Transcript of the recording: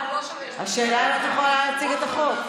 יש פה שר, השאלה אם את יכולה להציג את החוק.